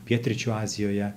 pietryčių azijoje